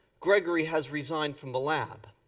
grigory has resigned from the lab.